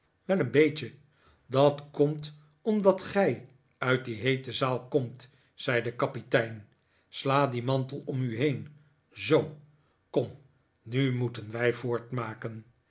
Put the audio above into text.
wel een beetje dat komt omdat gij uit die heete zaal komt zei de kapitein sla dien mantel om u heen zoo kom nu moeten wij